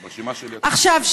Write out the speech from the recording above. עכשיו,